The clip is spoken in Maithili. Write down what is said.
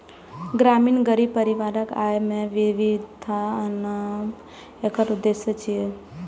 ग्रामीण गरीब परिवारक आय मे विविधता आनब एकर उद्देश्य छियै